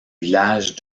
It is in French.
village